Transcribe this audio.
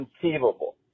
conceivable